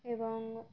এবং